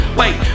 wait